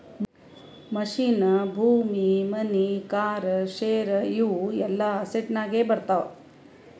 machine, ಭೂಮಿ, money, car, share ಇವು ಎಲ್ಲಾ ಅಸೆಟ್ಸನಾಗೆ ಬರ್ತಾವ